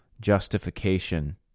justification